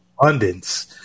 abundance